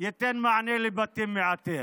ייתן מענה לבתים מעטים.